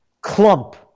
clump